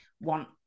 want